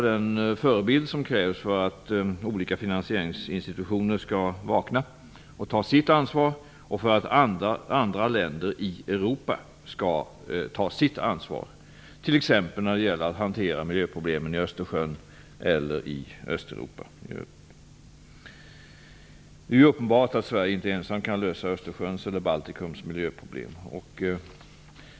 Den förebild som krävs för att olika finansieringsinstitutioner skall vakna och ta sitt ansvar, och för att andra länder i Europa skall göra det, måste skapas, exempelvis när det gäller hanteringen av miljöproblemen i Östersjön eller i Det är uppenbart att Sverige inte ensamt kan lösa Östersjöns eller Baltikums miljöproblem.